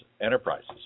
enterprises